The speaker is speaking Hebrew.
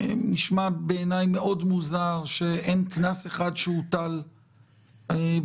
נשמע בעיני מוזר מאוד שאין קנס אחד שהוטל בגין